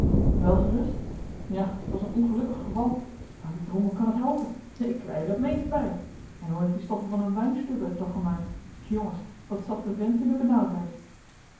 wel gerust ja t was een ongelukkig geval maar wie drommel kan het helpen ik lij er het meest bij en hoe heeft die stoffel van een weinstübe het toch gemaakt jongens wat zat de vent in de benauwdheid